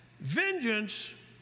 vengeance